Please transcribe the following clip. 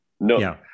no